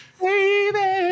baby